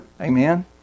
Amen